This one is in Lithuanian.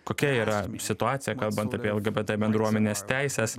kokia yra situacija kalbant apie lgbt bendruomenės teises